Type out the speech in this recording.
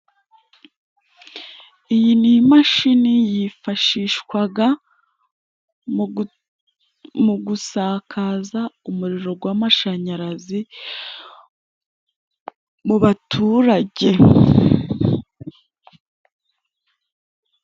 Iyi ni imashini yifashishwaga mu gusakaza umuriro gw'amashanyarazi mu baturage.